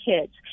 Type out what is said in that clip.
kids